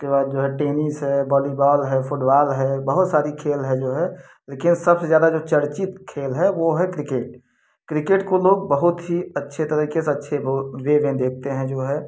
उसके बाद जो है टेनिस है बॉलीबॉल फुटबॉल है बहुत सारी खेल है जो है लेकिन सबसे ज़्यादा जो चर्चित खेल है वो है क्रिकेट क्रिकेट को लोग बहुत ही अच्छे तरके से अच्छे वो वे देखते हैं जो है